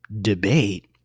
debate